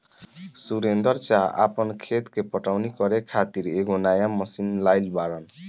सुरेंदर चा आपन खेत के पटवनी करे खातिर एगो नया मशीन लाइल बाड़न